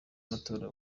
y’amatora